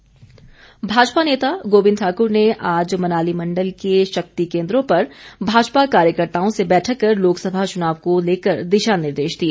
गोबिंद ठाक्र भाजपा नेता गोबिंद ठाकुर ने आज मनाली मंडल के शक्ति केन्द्रों पर भाजपा कार्यकर्ताओं से बैठक कर लोकसभा चुनाव को लेकर दिशा निर्देश दिए